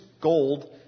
gold